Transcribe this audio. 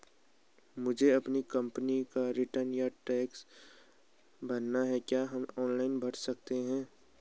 मुझे अपनी कंपनी का रिटर्न या टैक्स भरना है क्या हम ऑनलाइन भर सकते हैं?